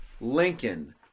Lincoln